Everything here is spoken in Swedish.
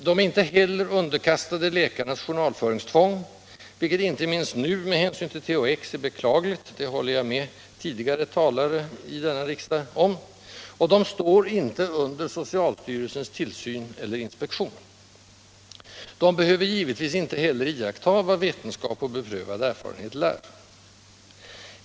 De är inte heller underkastade läkarnas journalföringstvång — vilket inte minst nu med hänsyn till THX är beklagligt, det håller jag med tidigare talare om — och de står inte under socialstyrelsens tillsyn eller inspektion. De behöver givetvis inte heller iaktta vad vetenskap och beprövad erfarenhet lär.